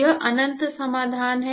यह अनंत समाधान है